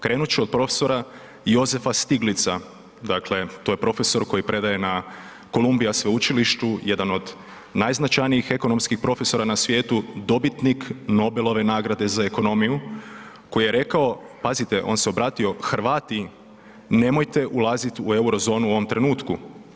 Krenut ću od profesora Josepha Stiglitza, dakle to je profesor koji predaje na Columbia Sveučilištu, jedan od najznačajnijih ekonomskih profesora na svijetu, dobitnik Nobelove nagrade za ekonomiju, koji je rekao, pazite on se je obrati, Hrvati nemojte ulaziti u euro zonu u ovom trenutku.